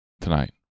tonight